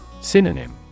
Synonym